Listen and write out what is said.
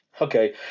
Okay